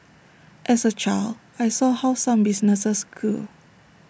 as A child I saw how some businesses grew